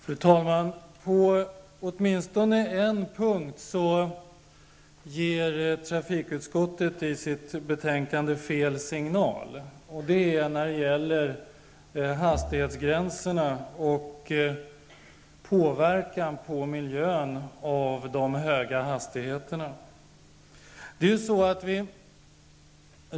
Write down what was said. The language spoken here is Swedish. Fru talman! På åtminstone en punkt ger trafikutskottet i sitt betänkande en felaktig signal. Det gäller då hastighetsgränserna och de höga hastigheternas påverkan på miljön.